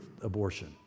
abortion